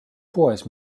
poes